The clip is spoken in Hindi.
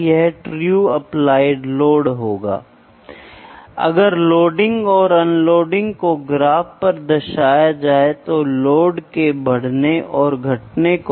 तो एक त्वचा की सॉफ्टनेस एक ऐसी चीज है जो वर्तमान में आपके पास मापने के लिए कोई यूनिट नहीं है फिर लोग कैसे मापते हैं